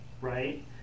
right